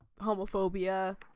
homophobia